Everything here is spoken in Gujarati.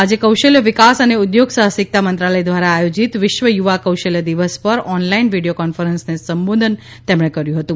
આજે કૌશલ્ય વિકાસ અને ઉદ્યોગ સાહસિકતા મંત્રાલય દ્વારા આયોજીત વિશ્વ યુવા કૌશલ્ય દિવસ પર ઓનલાઈન વિડીયો કોન્ફરન્સને તેમણે સંબોધન કર્યું હતું